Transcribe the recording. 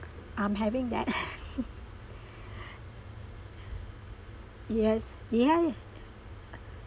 I'm having that yes yeah